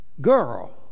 girl